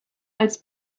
als